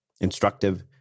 instructive